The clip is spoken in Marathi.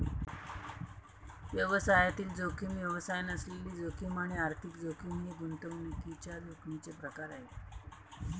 व्यवसायातील जोखीम, व्यवसाय नसलेली जोखीम आणि आर्थिक जोखीम हे गुंतवणुकीच्या जोखमीचे प्रकार आहेत